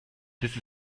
this